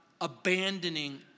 abandoning